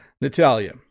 Natalia